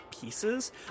pieces